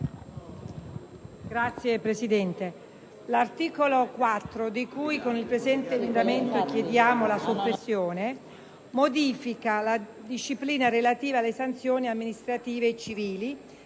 Signora Presidente, l'articolo 4, di cui con il presente emendamento chiediamo la soppressione, modifica la disciplina relativa alle sanzioni amministrative e civili